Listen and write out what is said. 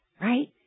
right